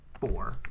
four